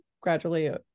gradually